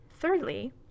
thirdly